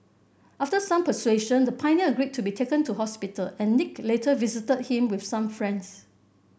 after some persuasion the pioneer agreed to be taken to hospital and Nick later visited him with some friends